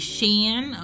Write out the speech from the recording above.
Shan